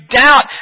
doubt